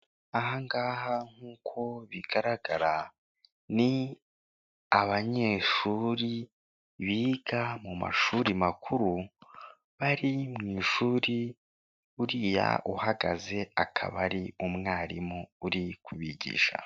Ahangaha nk'uko bigaragara ni abanyeshuri biga mu mashuri makuru bari mu ishuri uriya uhagaze akaba ari umwarimu uri kubigisha.